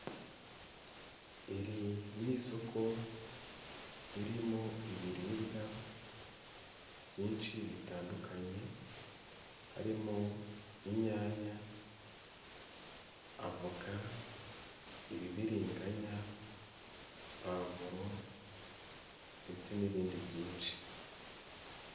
Iri ni isoko ririmo ibiribwa byinshi bitandukanye harimo inyanya, avoka, ibibiriganya, pavuro ndetse n'ibindi byinshi.